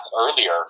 earlier